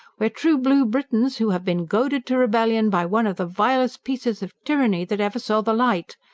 we're true-blue britons, who have been goaded to rebellion by one of the vilest pieces of tyranny that ever saw the light.